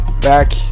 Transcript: back